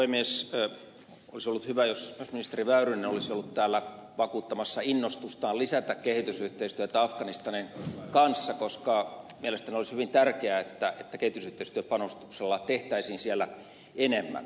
olisi ollut hyvä jos myös ministeri väyrynen olisi ollut täällä vakuuttamassa innostustaan lisätä kehitysyhteistyötä afganistanin kanssa koska mielestäni olisi hyvin tärkeää että kehitysyhteistyöpanostuksella tehtäisiin siellä enemmän